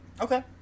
Okay